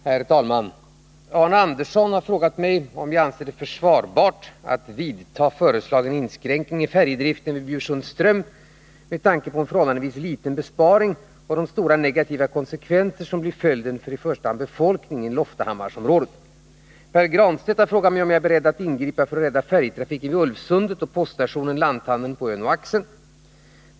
Herr talman! Arne Andersson i Gamleby har frågat mig om jag anser det försvarbart att vidta föreslagen inskränkning i färjedriften vid Bjursundsström med tanke på en förhållandevis liten besparing och de stora negativa konsekvenser som blir följden för i första hand befolkningen i Loftahammarsområdet. 3 Pär Granstedt har frågat mig om jag är beredd att ingripa för att rädda färjetrafiken vid Ulvsundet och poststationen-lanthandeln på ön Oaxen.